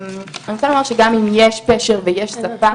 אני רוצה לומר שגם אם יש פשר ויש שפה,